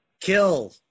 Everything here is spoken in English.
kill